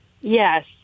Yes